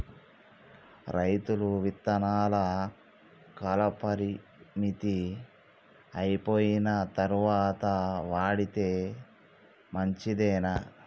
రైతులు విత్తనాల కాలపరిమితి అయిపోయిన తరువాత వాడితే మంచిదేనా?